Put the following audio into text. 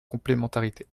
complémentarité